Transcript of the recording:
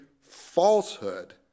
falsehood